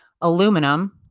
aluminum